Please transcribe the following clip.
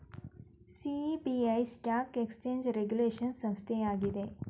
SEBI stock exchange regulation ಸಂಸ್ಥೆ ಆಗಿದೆ